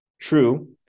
True